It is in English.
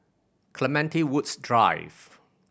Clementi Woods Drive